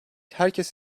herkes